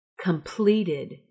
completed